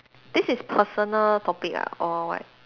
this is personal topic ah or what